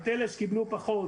את אלה שקיבלו פחות,